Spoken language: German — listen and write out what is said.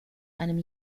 einem